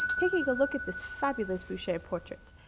taking a look at this fabulous boucher portrait.